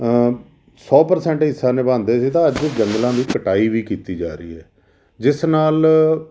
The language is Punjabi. ਸੌ ਪ੍ਰਰਸੈਂਟ ਹਿੱਸਾ ਨਿਭਾਉਂਦੇ ਜੇ ਤਾਂ ਅੱਜ ਜੰਗਲਾਂ ਦੀ ਕਟਾਈ ਵੀ ਕੀਤੀ ਜਾ ਰਹੀ ਹੈ ਜਿਸ ਨਾਲ